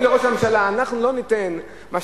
אומרים לראש הממשלה: אנחנו לא ניתן משכנתאות